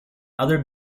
other